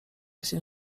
się